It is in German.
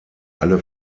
alle